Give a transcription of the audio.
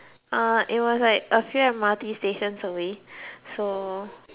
uh it was like a few M_R_T stations away so